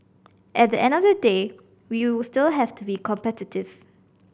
at the end of the day we still have to be competitive